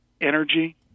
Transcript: energy